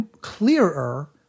clearer